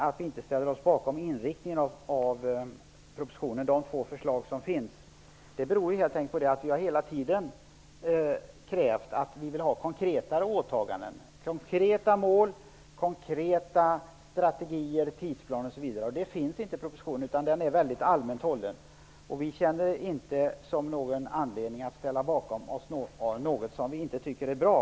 Att vi inte ställer oss bakom inriktningen i propositionen, de två förslag som finns, beror helt enkelt på att vi hela tiden har krävt konkretare åtaganden, konkreta mål samt konkreta strategier och tidsplaner. Sådana finns inte i propositionen, som är väldigt allmänt hållen. Vi finner ingen anledning att ställa oss bakom något som vi inte tycker är bra.